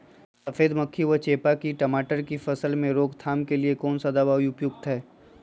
सफेद मक्खी व चेपा की टमाटर की फसल में रोकथाम के लिए कौन सा दवा उपयुक्त है?